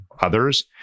others